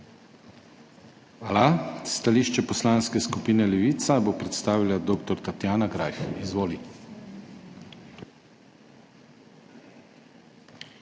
Hvala. Stališče Poslanske skupine Levica bo predstavila dr. Tatjana Greif. DR.